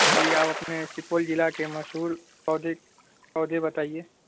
جی آپ اپنے سپول ضلع کے مشہور پودے پودے بتائیے